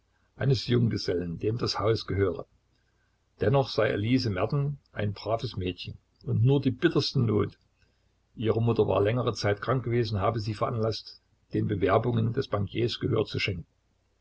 eines junggesellen dem das haus gehöre dennoch sei elise merten ein braves mädchen und nur die bitterste not ihre mutter war längere zeit krank gewesen habe sie veranlaßt den bewerbungen des bankiers gehör zu schenken